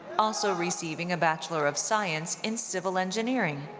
also receiving a bachelor of science in civil engineering.